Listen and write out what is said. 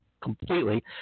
completely